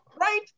right